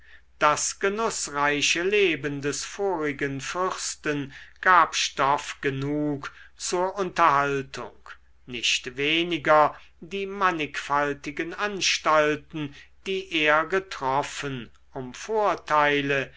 das genußreiche leben des vorigen fürsten gab stoff genug zur unterhaltung nicht weniger die mannigfaltigen anstalten die er getroffen um vorteile